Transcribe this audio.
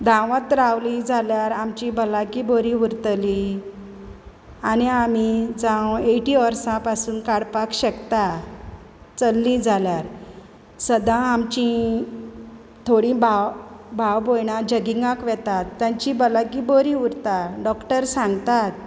धावत रावलीं जाल्यार आमची भलायकी बरी उरतली आनी आमी जावं एटी वर्सां पासून काडपाक शकता चल्लीं जाल्यार सदां आमची थोडी भाव भाव भोयणा जोगिंगाक वेतात तांची भलायकी बरी उरता डॉक्टर सांगतात